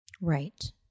Right